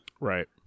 right